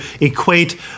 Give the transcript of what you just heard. equate